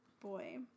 Boy